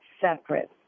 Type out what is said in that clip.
separate